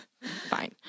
Fine